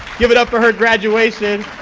give it up for her graduation,